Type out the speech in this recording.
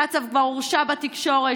קצב כבר הורשע בתקשורת.